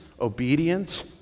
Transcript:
obedience